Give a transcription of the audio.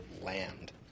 land